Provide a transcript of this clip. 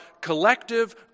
collective